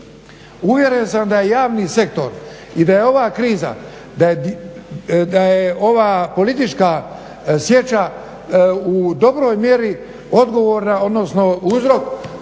uvjeren sam da je javni sektor i da je ova kriza da je politička sječa u dobroj mjeri uzrok nemogućnosti izlaska